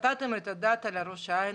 נתתם את הדעת על ראש העין?